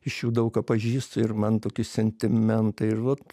iš jų daug ką pažįstu ir man tokie sentimentai ir vat